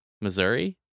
Missouri